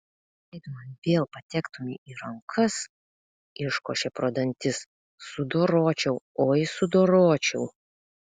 jei tu man vėl patektumei į rankas iškošė pro dantis sudoročiau oi sudoročiau